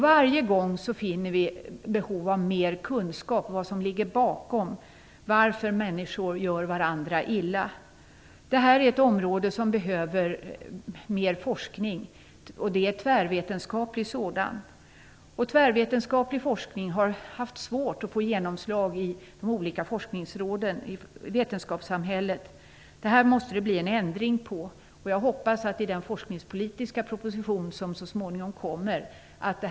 Varje gång finner vi ett behov av mer kunskap om vad som ligger bakom och varför människor gör varandra illa. Det här är ett område där det behövs mer forskning och tvärvetenskaplig sådan. Tvärvetenskaplig forskning har haft svårt att få genomslag i de olika forskningsråden i vetenskapssamhället. Det här måste det bli en ändring på, och jag hoppas att det här blir tydligt uttryckt i den forskningspolitiska proposition som så småningom kommer.